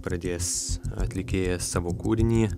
pradės atlikėjas savo kūrinį